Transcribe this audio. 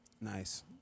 Nice